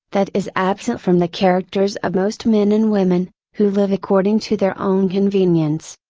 that is absent from the characters of most men and women, who live according to their own convenience.